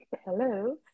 hello